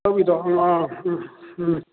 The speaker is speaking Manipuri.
ꯇꯧꯕꯤꯗꯣ ꯑꯪ ꯑꯥ ꯎꯝ ꯎꯝ